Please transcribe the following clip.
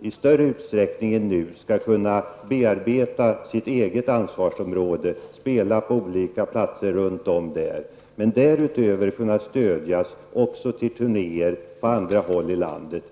i större utsträckning än nu skall kunna bearbeta sitt eget ansvarsområde, spela på olika platser i landet och därutöver kunna stödjas till turnéer på olika håll i landet.